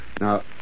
Now